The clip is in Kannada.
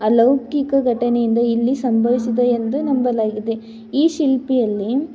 ಅಲೌಕಿಕ ಘಟನೆಯಿಂದ ಇಲ್ಲಿ ಸಂಭವಿಸಿದೆ ಎಂದು ನಂಬಲಾಗಿದೆ ಈ ಶಿಲ್ಪಿಯಲ್ಲಿ